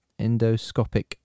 endoscopic